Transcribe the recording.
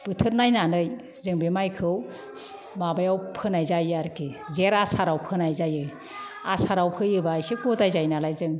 बोथोर नायनानै जों बे माइखौ माबायाव फोनाय जायो आरोखि जेत आसाराव फोनाय जायो आसाराव फोयोबा एसे गदाय जायो नालाय जों